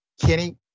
Kenny